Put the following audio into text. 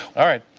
all right.